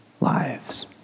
lives